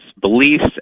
beliefs